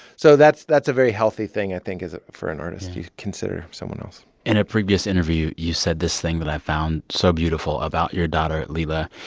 so that's that's a very healthy thing, i think, as a for an artist yeah you consider someone else in a previous interview, you said this thing that i found so beautiful about your daughter lila.